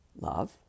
love